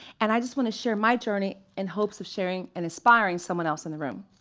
and i just want to share my journey in hopes of sharing and inspireing someone else in the room.